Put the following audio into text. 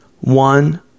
one